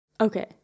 Okay